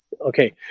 Okay